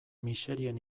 miserien